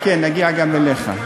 חכה, נגיע גם אליך.